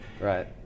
Right